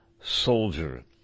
soldier